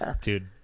dude